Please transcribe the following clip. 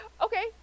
Okay